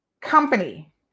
company